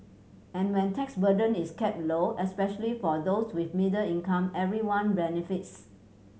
and when tax burden is kept low especially for those with middle income everyone benefits